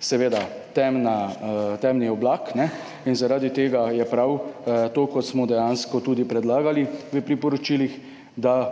seveda temen oblak in zaradi tega je prav to, kot smo dejansko tudi predlagali v priporočilih, da